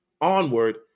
onward